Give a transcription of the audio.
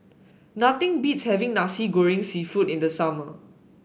nothing beats having Nasi Goreng seafood in the summer